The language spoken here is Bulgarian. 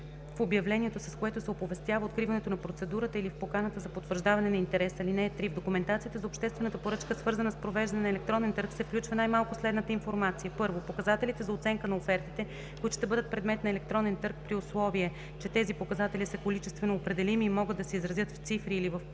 в обявлението, с което се оповестява откриването на процедурата, или в поканата за потвърждаване на интерес. (3) В документацията за обществената поръчка, свързана с провеждане на електронен търг, се включва най-малко следната информация: 1. показателите за оценка на офертите, които ще бъдат предмет на електронен търг, при условие че тези показатели са количествено определими и могат да се изразят в цифри или в проценти;